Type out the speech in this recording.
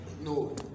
no